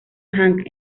hank